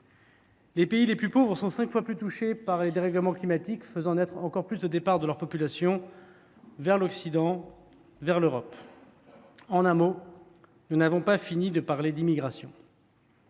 Les pays les plus pauvres sont cinq fois plus touchés par ces dérèglements, ce qui accroît le nombre de départs dans leur population vers l’Occident, vers l’Europe. En un mot, nous n’avons pas fini de parler d’immigration…